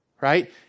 right